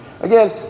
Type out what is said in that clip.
Again